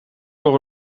door